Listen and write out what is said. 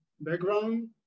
background